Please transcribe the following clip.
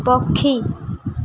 ପକ୍ଷୀ